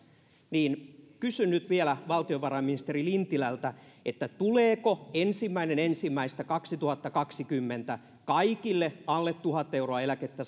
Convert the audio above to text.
niin kysyn nyt vielä valtiovarainministeri lintilältä tuleeko ensimmäinen ensimmäistä kaksituhattakaksikymmentä kaikille alle tuhat euroa eläkettä